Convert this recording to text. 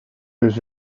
was